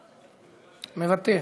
מוותר,